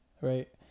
right